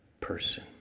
person